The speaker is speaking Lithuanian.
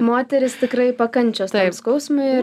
moterys tikrai pakančios skausmui ir